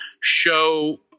show